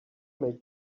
may